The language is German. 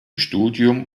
studium